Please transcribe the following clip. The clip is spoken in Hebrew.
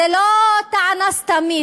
זאת לא טענה סתמית,